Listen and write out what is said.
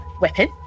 weapon